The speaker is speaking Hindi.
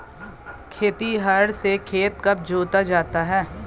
खेतिहर से खेत कब जोता जाता है?